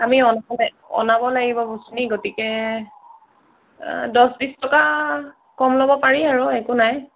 আমি অনাবলে অনাব লাগিব বস্তুখিনি গতিকে দহ বিছ টকা কম ল'ব পাৰি আৰু একো নাই